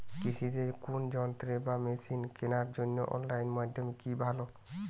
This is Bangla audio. কৃষিদের কোন যন্ত্র বা মেশিন কেনার জন্য অনলাইন মাধ্যম কি ভালো?